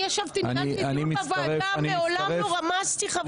אני ניהלתי ועדה ומעולם לא רמסתי חברי כנסת.